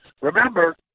remember